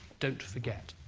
don't forget.